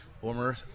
Former